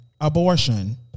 abortion